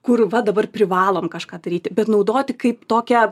kur va dabar privalom kažką daryti bet naudoti kaip tokią